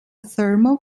thermal